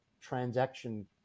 transaction